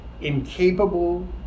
incapable